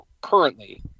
currently